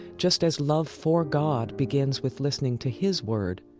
just as love for god begins with listening to his word,